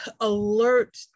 alert